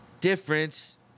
difference